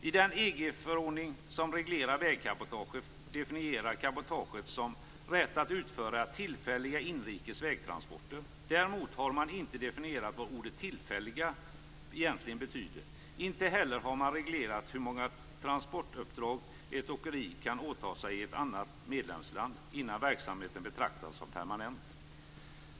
I den EG-förordning som reglerar vägcabotage definieras cabotage som "rätt att utföra tillfälliga inrikes vägtransporter". Däremot har man inte definierat ordet tillfälliga. Inte heller har man reglerat hur många transportuppdrag ett åkeri kan åta sig i ett annat medlemsland innan verksamheten betraktas som permanent.